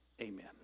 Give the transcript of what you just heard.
Amen